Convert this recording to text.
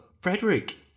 Frederick